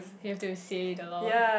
you have to say it aloud